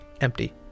empty